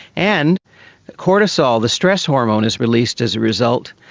and cortisol the stress hormone is released as a result.